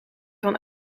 van